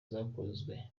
zakozwe